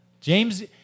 James